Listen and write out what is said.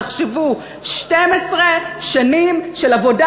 תחשבו: 12 שנים של עבודה,